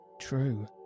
true